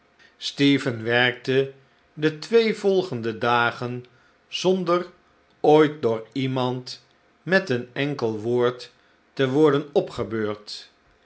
stephen werkte detwee volgende dagen zonder ooit door iemand met een enkel woord te worden opgebeurd